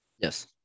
Yes